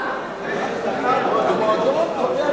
בעד רונית תירוש.